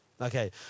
Okay